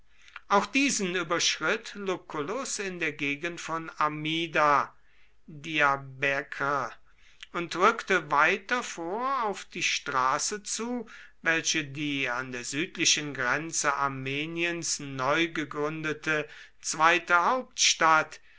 auch diesen überschritt lucullus in der gegend von amida diarbekr und rückte weiter vor auf die straße zu welche die an der südlichen grenze armeniens neu gegründete zweite hauptstadt